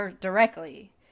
directly